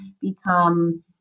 become